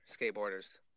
skateboarders